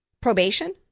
Probation